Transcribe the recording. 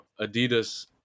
Adidas